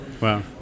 Wow